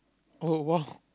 oh !woah!